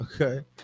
Okay